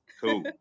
Cool